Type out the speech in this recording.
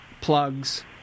plugs